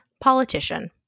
politician